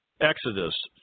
Exodus